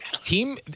team